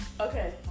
Okay